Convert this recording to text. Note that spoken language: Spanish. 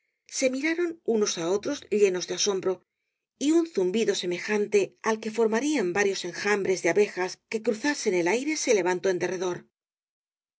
se miraron unos á otros llenos de asombro y un zumbido semejante al que formarían varios enjambres de abejas que cruzasen el aire se levantó en derredor